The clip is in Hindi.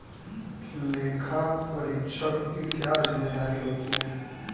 लेखापरीक्षक की क्या जिम्मेदारी होती है?